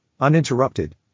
uninterrupted